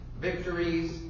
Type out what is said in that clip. victories